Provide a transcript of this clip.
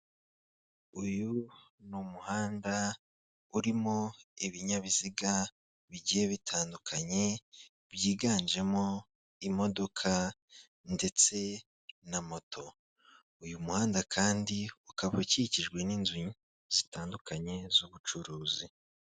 Uyu ni umuhanda urimo ibinyabiziga bigiye bitandukanye byiganjemo imodoka ndetse na moto, uyu muhanda kandi ukaba ukikijwe n'inzu zitandukanye z'ubucuruzi.